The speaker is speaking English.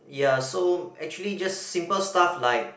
ya so actually just simple stuff like